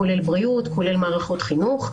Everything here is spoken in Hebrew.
כולל בריאות ומערכות חינוך.